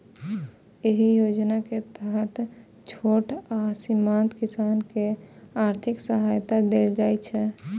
एहि योजना के तहत छोट आ सीमांत किसान कें आर्थिक सहायता देल जाइ छै